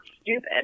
stupid